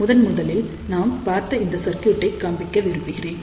முதன்முதலில் நாம் பார்த்த இந்த சர்க்யூடை காண்பிக்க விரும்புகிறேன்